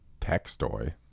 Textoy